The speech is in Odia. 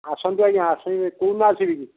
ଆସନ୍ତୁ ଆଜ୍ଞା କେଉଁଦିନ ଆସିବେ